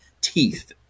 teeth